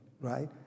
right